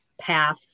path